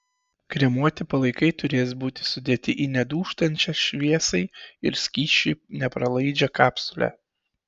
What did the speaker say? kremuoti palaikai turės būti sudėti į nedūžtančią šviesai ir skysčiui nepralaidžią kapsulę